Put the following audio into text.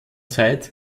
zeit